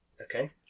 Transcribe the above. Okay